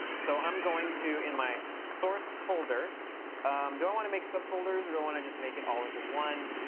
so i'm going to, in my source folder do i want to make subfolders, or do i want to just make it all into one?